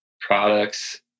products